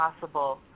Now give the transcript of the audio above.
possible